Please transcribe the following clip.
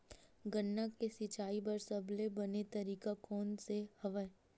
गन्ना के सिंचाई बर सबले बने तरीका कोन से हवय?